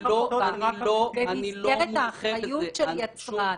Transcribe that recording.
במסגרת האחריות של יצרן,